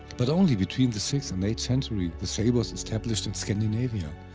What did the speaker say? but only between the sixth and eighth century the sail was established in scandinavia,